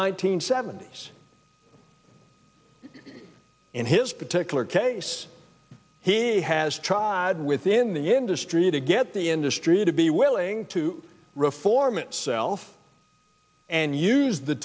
hundred seventy s in his particular case he has tried within the industry to get the industry to be willing to reform itself and use the